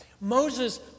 Moses